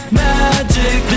magic